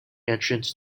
entrance